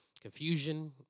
confusion